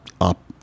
up